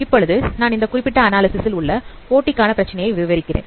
இப்பொழுது நான் இந்த குறிப்பிட்ட அனாலிசிஸ் ல் உள்ள போட்டி காண பிரச்சினையை விவரிக்கிறேன்